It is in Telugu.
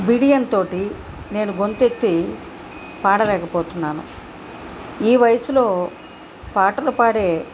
బిడియంతో నేను గొంతు ఎత్తి పాడలేకపోతున్నాను ఈ వయసులో పాటలు పాడే